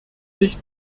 sich